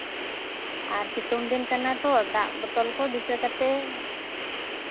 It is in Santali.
ᱟᱨ ᱥᱮᱛᱳᱝ ᱫᱤᱱ ᱠᱟᱱᱟ ᱛᱚ ᱫᱟᱜ ᱵᱚᱛᱚᱞ ᱠᱚ ᱫᱤᱥᱟᱹ ᱠᱟᱛᱮ